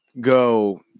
go